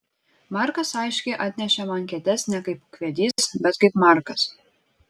markas aiškiai atnešė man kėdes ne kaip ūkvedys bet kaip markas